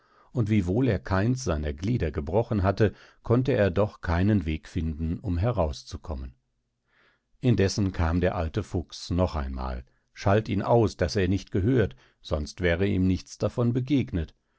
und wiewohl er keins seiner glieder gebrochen hatte konnte er doch keinen weg finden um heraus zu kommen indessen kam der alte fuchs noch einmal schalt ihn aus daß er ihm nicht gehört sonst wäre ihm nichts davon begegnet